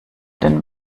den